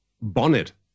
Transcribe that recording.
Bonnet